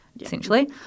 essentially